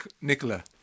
Nicola